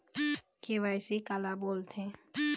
KYC काला बोलथें?